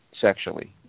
sexually